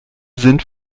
sind